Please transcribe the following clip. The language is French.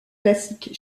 classique